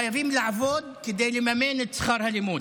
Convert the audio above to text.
חייבים לעבוד כדי לממן את שכר הלימוד.